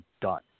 done